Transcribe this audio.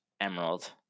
Emerald